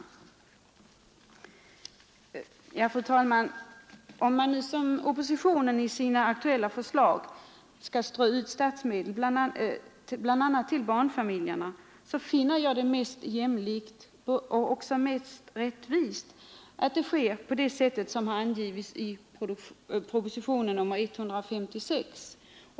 Fru talman! Om man nu, som oppositionen menar i sina aktuella förslag, skall strö ut statsmedel bl.a. till barnfamiljerna, finner jag det mest jämlikt och också mest rättvist att det sker på det sätt som har angivits i propositionen 156.